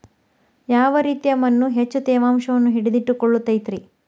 ಯಾವ ರೇತಿಯ ಮಣ್ಣ ಹೆಚ್ಚು ತೇವಾಂಶವನ್ನ ಹಿಡಿದಿಟ್ಟುಕೊಳ್ಳತೈತ್ರಿ?